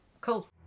cool